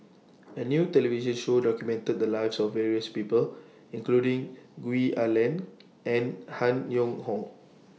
A New television Show documented The Lives of various People including Gwee Ah Leng and Han Yong Hong